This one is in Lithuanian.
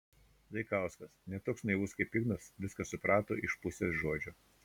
zaikauskas ne toks naivus kaip ignas viską suprato iš pusės žodžio